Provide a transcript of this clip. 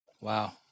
Wow